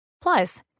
Plus